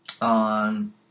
on